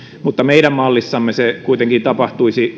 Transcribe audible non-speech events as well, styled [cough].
mutta meidän mallissamme se kuitenkin tapahtuisi [unintelligible]